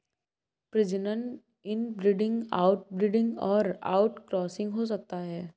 प्रजनन inbreeding, outbreeding और outcrossing हो सकता है